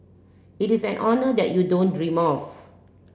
it is an honour that you don't dream of